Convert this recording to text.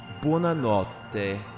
Buonanotte